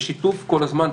בשיתוף כל הזמן,